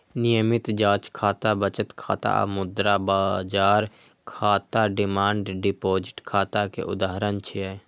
नियमित जांच खाता, बचत खाता आ मुद्रा बाजार खाता डिमांड डिपोजिट खाता के उदाहरण छियै